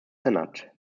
senate